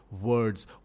words